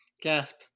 Gasp